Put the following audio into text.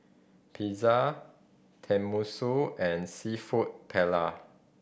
Pizza Tenmusu and Seafood Paella